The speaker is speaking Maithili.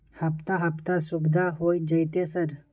हफ्ता हफ्ता सुविधा होय जयते सर?